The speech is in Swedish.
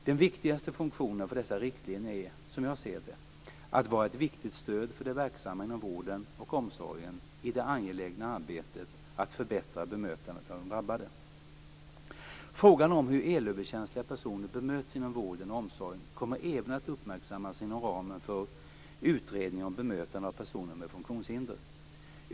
Den viktigaste funktionen för dessa riktlinjer är, som jag ser det, att vara ett viktigt stöd för de verksamma inom vården och omsorgen i det angelägna arbetet att förbättra bemötandet av de drabbade. Frågan om hur elöverkänsliga personer bemöts inom vården och omsorgen kommer även att uppmärksammas inom ramen för Utredningen om bemötande av personer med funktionshinder.